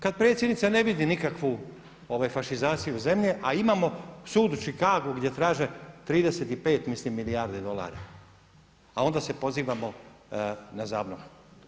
Kada predsjednica ne vidi nikakvu fašizaciju zemlje a imamo sud u Chicagu gdje traže 35 mislim milijarde dolara a onda se pozivamo na ZAVNOH.